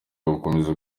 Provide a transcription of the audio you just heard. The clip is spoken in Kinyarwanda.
gukomeza